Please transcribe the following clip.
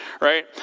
right